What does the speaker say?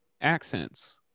accents